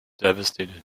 devastated